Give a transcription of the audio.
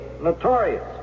notorious